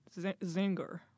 Zinger